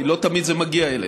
כי לא תמיד זה מגיע אלינו.